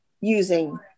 using